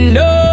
no